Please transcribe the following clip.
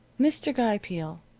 mr. guy peel,